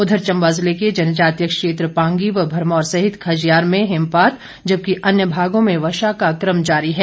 उधर चंबा जिले के जनजातीय क्षेत्र पांगी व भरमौर सहित खजियार में हिमपात जबकि अन्य भागों में वर्षा का कम जारी है